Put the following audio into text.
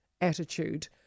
attitude